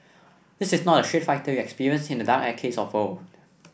this is not the Street Fighter you experienced in the dark arcades of old